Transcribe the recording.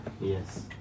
Yes